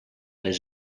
les